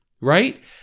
right